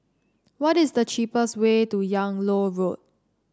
what is the cheapest way to Yung Loh Road